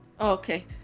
Okay